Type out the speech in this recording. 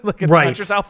right